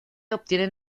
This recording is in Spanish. obtienen